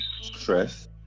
stress